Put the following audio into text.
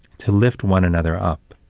to lift one another up,